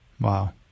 Wow